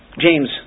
James